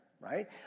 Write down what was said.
right